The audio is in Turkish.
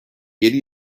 yeni